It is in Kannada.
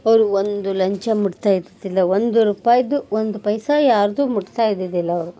ಅವರು ಒಂದು ಲಂಚ ಮುಟ್ತಾ ಇದ್ದಿದ್ದಿಲ್ಲ ಒಂದು ರೂಪಾಯಿದೂ ಒಂದು ಪೈಸಾ ಯಾರದ್ದು ಮುಟ್ತಾ ಇದ್ದಿದ್ದಿಲ್ಲ ಅವರು